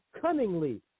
cunningly